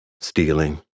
stealing